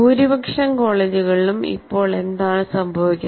ഭൂരിപക്ഷം കോളേജുകളിലും ഇപ്പോൾ എന്താണ് സംഭവിക്കുന്നത്